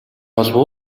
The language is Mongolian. болов